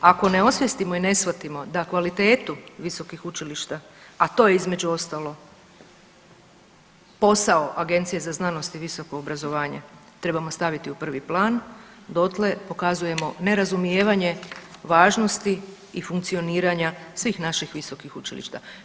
Ako ne osvijestimo i ne shvatimo da kvalitetu visokih učilišta, a to je između ostalog posao Agencije za znanost i visoko obrazovanje trebamo staviti u prvi plan, dotle pokazujemo nerazumijevanje važnosti i funkcioniranja svih naših visokih učilišta.